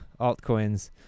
altcoins